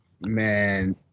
Man